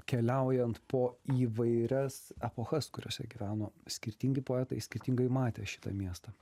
keliaujant po įvairias epochas kuriose gyveno skirtingi poetai skirtingai matė šitą miestą